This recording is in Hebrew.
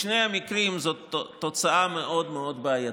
בשני המקרים זאת תוצאה מאוד מאוד בעייתית,